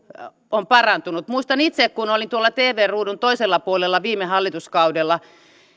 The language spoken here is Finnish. on parantunut muistan itse kun olin tuolla tv ruudun toisella puolella viime hallituskaudella